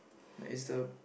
like it's the